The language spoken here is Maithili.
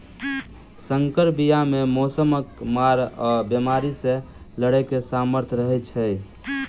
सँकर बीया मे मौसमक मार आ बेमारी सँ लड़ैक सामर्थ रहै छै